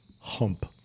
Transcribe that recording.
hump